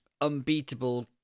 unbeatable